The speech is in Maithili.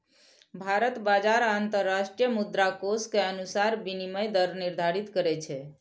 भारत बाजार आ अंतरराष्ट्रीय मुद्राकोष के अनुसार विनिमय दर निर्धारित करै छै